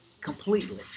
completely